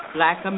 Black